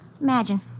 Imagine